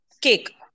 cake